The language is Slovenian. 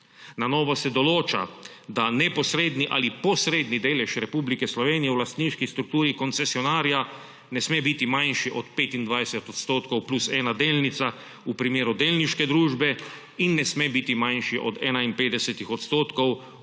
Na novo se določa, da neposredni ali posredni delež Republike Slovenije v lastniški strukturi koncesionarja ne sme biti manjši od 25 % plus ena delnica v primeru delniške družbe in ne sme biti manjši od 51 % v poslovnem